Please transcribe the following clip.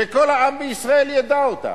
שכל העם בישראל ידע אותם.